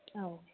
औ